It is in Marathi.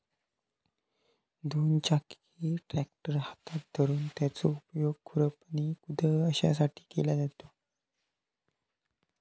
दोन चाकी ट्रॅक्टर हातात धरून त्याचो उपयोग खुरपणी, कुदळ अश्यासाठी केलो जाता